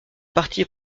parti